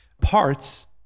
parts